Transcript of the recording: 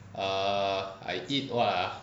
err I eat what ah